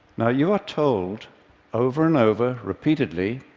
now you're told over and over, repeatedly,